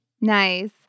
Nice